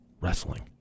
Wrestling